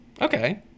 okay